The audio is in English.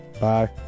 bye